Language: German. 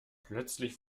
plötzlich